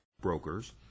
Brokers